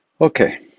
Okay